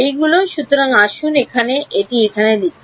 এইগুলো সুতরাং আসুন এখানে এটি এখানে লিখুন